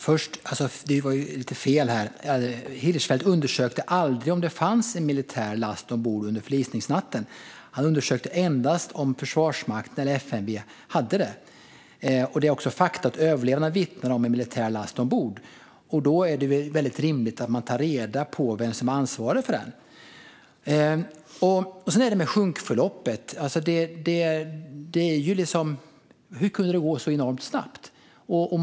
Fru talman! Det var lite fel här. Hirschfeldt undersökte aldrig om det fanns en militär last ombord under förlisningsnatten. Han undersökte endast om Försvarsmakten eller FMV hade det. Det är också ett faktum att överlevande vittnar om en militär last ombord. Då är det rimligt att man tar reda på vem som är ansvarig för den. Sedan gäller det sjunkförloppet. Hur kunde det gå så enormt snabbt?